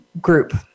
Group